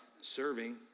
serving